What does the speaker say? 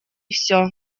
всё